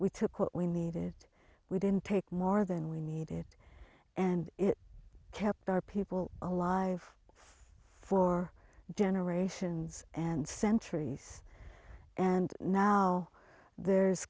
we took what we needed we didn't take more than we needed and it kept our people alive for generations and centuries and now there's